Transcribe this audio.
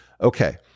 Okay